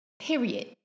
Period